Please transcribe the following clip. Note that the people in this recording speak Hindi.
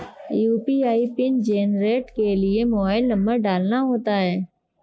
यू.पी.आई पिन जेनेरेट के लिए मोबाइल नंबर डालना होता है